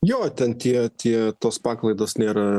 jo ten tie tie tos paklaidos nėra